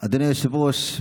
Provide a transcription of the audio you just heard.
אדוני היושב-ראש,